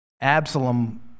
Absalom